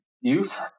youth